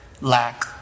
lack